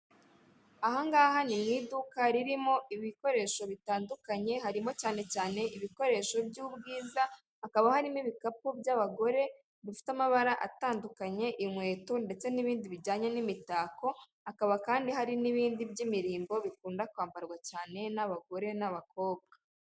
Ahangaha ni mu iduka ririmo ibikoresho bitandukanye harimo cyane cyane ibikoresho by'ubwiza hakaba harimo ibikapu by'abagore bifite amabara atandukanye inkweto ndetse n'ibindi bijyanye n'imitako hakaba kandi hari n'ibindi by'imirimbo bikunda kwambarwa cyane n'abagore n'abakobwa.